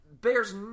bears